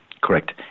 Correct